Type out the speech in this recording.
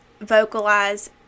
vocalize